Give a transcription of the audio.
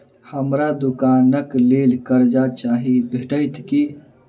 हमरा दुकानक लेल कर्जा चाहि भेटइत की?